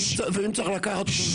כ-33